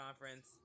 conference